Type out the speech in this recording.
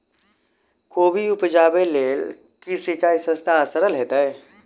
कोबी उपजाबे लेल केँ सिंचाई सस्ता आ सरल हेतइ?